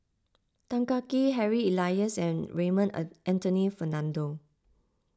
Tan Kah Kee Harry Elias and Raymond Anthony Fernando